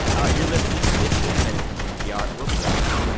all right. you're listening to it's been a minute from npr. we'll be right back